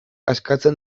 askatzen